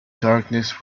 darkness